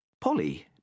Polly